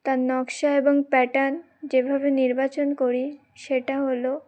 তার নকশা এবং প্যাটার্ন যেভাবে নির্বাচন করি সেটা হলো